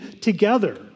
together